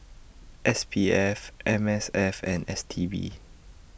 S P F M S F and S T B